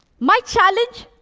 my challenge